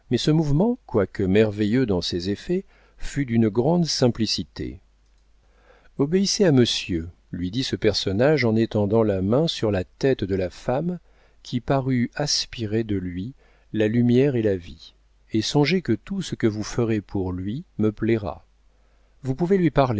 mais ce mouvement quoique merveilleux dans ses effets fut d'une grande simplicité obéissez à monsieur lui dit ce personnage en étendant la main sur la tête de la femme qui parut aspirer de lui la lumière et la vie et songez que tout ce que vous ferez pour lui me plaira vous pouvez lui parler